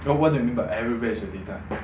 what do you mean by everywhere is your data